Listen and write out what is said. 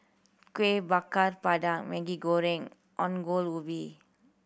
Kuih Bakar Pandan Maggi Goreng Ongol Ubi